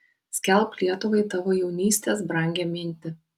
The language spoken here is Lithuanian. skelbk lietuvai tavo jaunystės brangią mintį